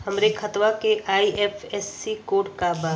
हमरे खतवा के आई.एफ.एस.सी कोड का बा?